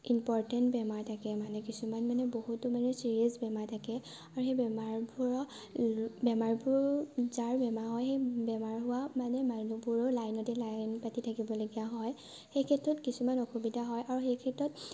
important বেমাৰ থাকে মানে কিছুমান মানে বহুতো মানে চিৰিয়াছ বেমাৰ থাকে আৰু সেই বেমাৰবোৰৰ বেমাৰবোৰ যাৰ বেমাৰ হয় সেই বেমাৰ হোৱা মানে মানুহবোৰো লাইনতে লাইন পাতি থাকিবলগীয়া হয় সেইক্ষেত্ৰত কিছুমান অসুবিধা হয় আৰু সেইক্ষেত্ৰত